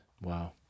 Wow